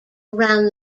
around